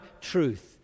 truth